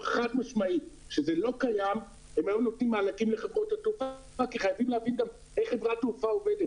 חד-משמעית שזה לא קיים --- וחייבים להבין איך חברת תעופה עובדת